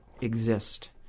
exist